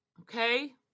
Okay